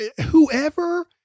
whoever